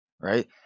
right